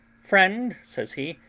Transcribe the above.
friend, says he,